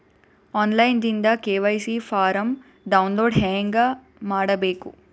On line ದಿಂದ KYC form download ಹೇಂಗ ಮಾಡಬೇಕು?